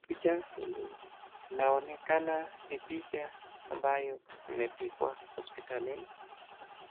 Picha hili inaonekana ni picha ambayo imepigwa hospitalini.